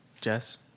Jess